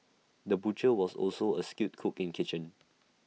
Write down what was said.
the butcher was also A skilled cook in kitchen